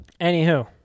Anywho